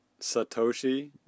Satoshi